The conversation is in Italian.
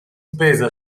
spesa